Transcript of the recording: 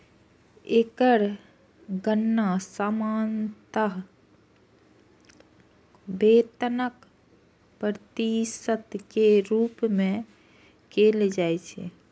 एकर गणना सामान्यतः वेतनक प्रतिशत के रूप मे कैल जाइ छै